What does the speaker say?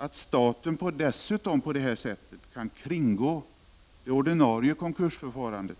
Att staten dessutom på detta sätt kan kringgå det ordinarie konkursförfarandet